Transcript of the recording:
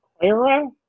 Clara